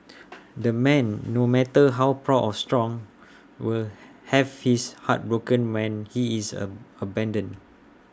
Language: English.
the man no matter how proud or strong will have his heart broken when he is A abandoned